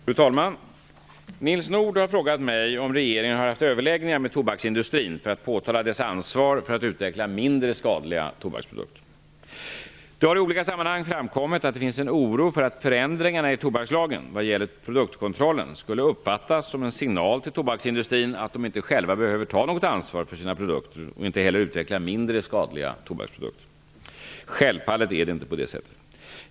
Fru talman! Nils Nordh har frågat mig om regeringen har haft överläggningar med tobaksindustrin för att påtala dess ansvar för att utveckla mindre skadliga tobaksprodukter. Det har i olika sammanhang framkommit att det finns en oro för att förändringarna i tobakslagen vad gäller produktkontrollen skulle uppfattas som en signal till tobaksindustrin att de inte själva behöver ta något ansvar för sina produkter, och inte heller utveckla mindre skadliga tobaksprodukter. Självfallet är det inte på det sättet.